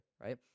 right